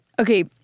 Okay